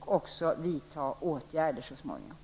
och så småningom också vidta åtgärder.